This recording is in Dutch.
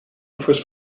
oevers